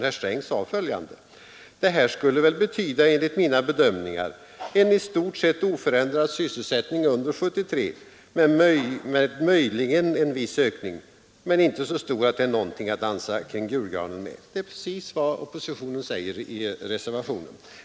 Han sade bl.a.: ”Det här skulle väl betyda, enligt mina bedömningar, en i stort sett oförändrad sysselsättning under 73, med möjligen en viss ökning, men inte så stor så att det är någonting att dansa kring julgranen med.” Det är precis vad oppositionen säger i reservationen.